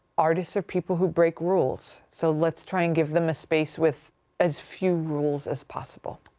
artists are people who break rules. so, let's try and give them a space with as few rules as possible.